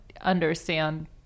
understand